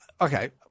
okay